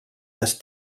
this